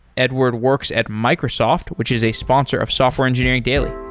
edward works at microsoft which is a sponsor of software engineering daily